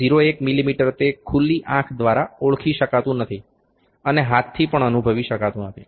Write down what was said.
01 મીમી તે ખૂલી આંખ દ્વારા ઓળખી શકાતું નથી અને હાથથી પણ અનુભવી શકાતું નથી